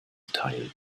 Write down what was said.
teil